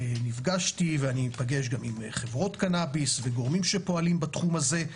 נפגשתי ואפגש גם עם חברות קנאביס וגורמים שפועלים בתחום הזה.